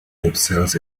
themselves